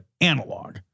analog